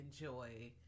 enjoy